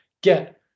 get